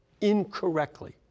incorrectly